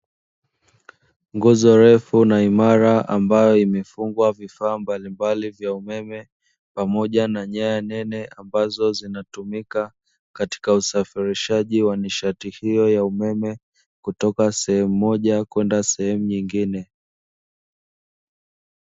Nguzo refu na imara ambayo imefungwa vifaa mbalimbali vya umeme pamoja na nyaya nne, ambazo zinatumika katika usafirishaji wa nishati hiyo ya umeme kutoka sehemu moja kwenda sehemu nyingine.